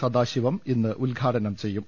സദാശിവം ഇന്ന് ഉദ്ഘാടനം ചെയ്യും